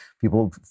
People